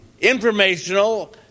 informational